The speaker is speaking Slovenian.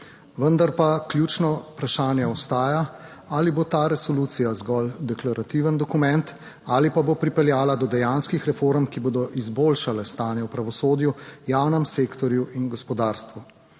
Vendar pa ključno vprašanje ostaja ali bo ta resolucija zgolj deklarativen dokument ali pa bo pripeljala do dejanskih reform, ki bodo izboljšale stanje v pravosodju, javnem sektorju in gospodarstvu.